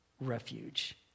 refuge